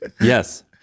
Yes